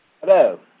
Hello